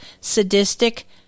sadistic